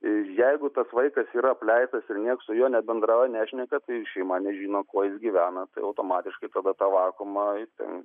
jeigu tas vaikas yra apleistas ir niekas su juo nebendrauja ir nešneka tai šeima nežino kuo jis gyvena tai automatiškai tada tą vakuumą